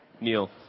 Neil